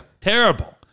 Terrible